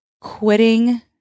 quitting